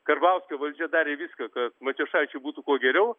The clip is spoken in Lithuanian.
karbauskio valdžia darė viską kad matijošaičiui būtų kuo geriau